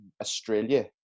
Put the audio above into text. Australia